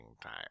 time